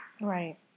Right